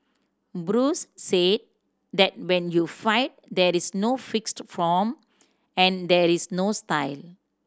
Bruce said that when you fight there is no fixed form and there is no style